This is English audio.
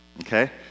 Okay